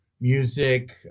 music